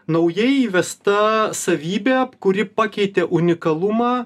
naujai įvesta savybė kuri pakeitė unikalumą